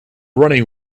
running